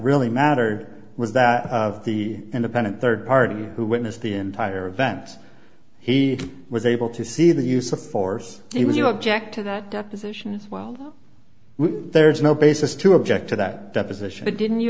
really matter was that of the independent third party who witnessed the entire events he was able to see the use of force it was you object to that deposition as well there's no basis to object to that deposition but didn't you